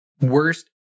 worst